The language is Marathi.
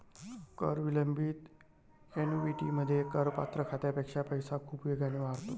कर विलंबित ऍन्युइटीमध्ये, करपात्र खात्यापेक्षा पैसा खूप वेगाने वाढतो